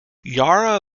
yarra